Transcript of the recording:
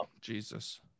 Jesus